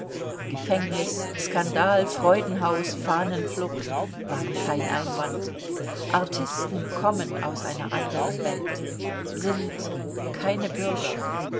gefängnis skandal freudenhaus fahnenflucht waren kein einwand artisten kommen aus einer anderen welt sind keine bürger